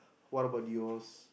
what about yours